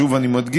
שוב אני מדגיש,